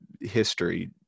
history